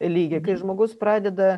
lygį kai žmogus pradeda